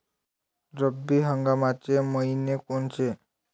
रब्बी हंगामाचे मइने कोनचे?